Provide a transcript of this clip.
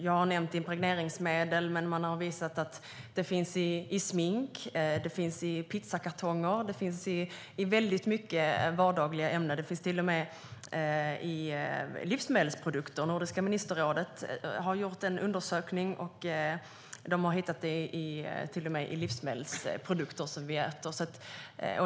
Jag har nämnt impregneringsmedel, men man har också visat att det finns i smink, pizzakartonger och i väldigt många vardagliga saker. Det finns till och med i livsmedelsprodukter - Nordiska ministerrådet har gjort en undersökning och hittat det i livsmedelsprodukter vi äter.